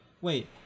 Wait